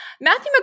Matthew